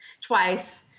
twice